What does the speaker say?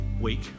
week